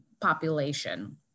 population